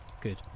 Good